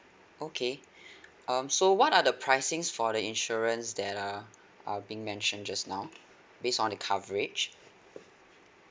okay um so what are the pricing for the insurance that uh uh being mentioned just now based on the coverage